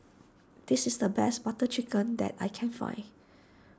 this is the best Butter Chicken that I can find